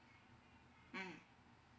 mm